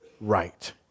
right